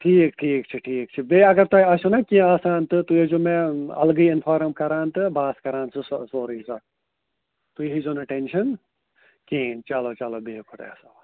ٹھیٖک ٹھیٖک چھُ ٹھیٖک چھُ بیٚیہِ اگر تۄہہِ آسیو نا کینٛہہ آسان تہٕ تُہۍ ٲسۍزیو مےٚ اَلگٕے اِنفارم کَران تہٕ بہٕ آس کَران سُہ سورُے تُہۍ ہیزیو نہٕ ٹٮ۪نشَن کِہیٖنۍ چلو چلو بِہِو خۄدایس حوال